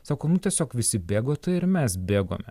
sako nu tiesiog visi bėgo tai ir mes bėgome